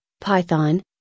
Python